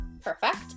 perfect